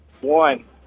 One